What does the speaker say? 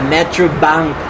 Metrobank